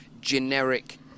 generic